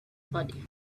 body